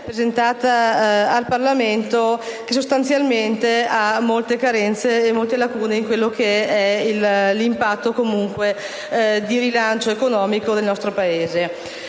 presentata al Parlamento che sostanzialmente presenta molte carenze e lacune in quello che è l'impatto di rilancio economico del nostro Paese.